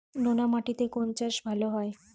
নোনা মাটিতে কোন চাষ ভালো হয়?